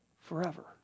forever